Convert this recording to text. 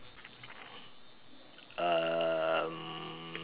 um